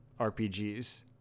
RPGs